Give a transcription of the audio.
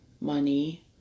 money